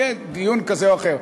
יהיה דיון כזה או אחר.